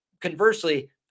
conversely